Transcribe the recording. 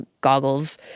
goggles